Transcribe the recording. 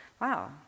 wow